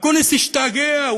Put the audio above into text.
אקוניס השתגע,